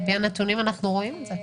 על פי הנתונים אנחנו רואים את זה,